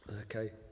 okay